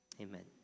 amen